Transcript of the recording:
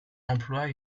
emploie